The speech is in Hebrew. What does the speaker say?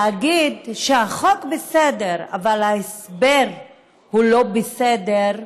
להגיד שהחוק בסדר אבל ההסבר הוא לא בסדר,